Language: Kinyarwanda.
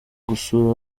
gusura